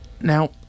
Now